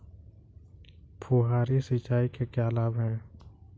फुहारी सिंचाई के क्या लाभ हैं?